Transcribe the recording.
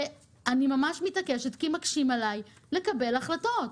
אני ממש מתעקשת כי מקשים עליי לקבל החלטות,